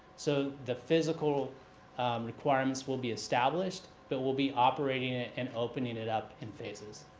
so the physical requirements will be established, but we'll be operating it and opening it up in phases.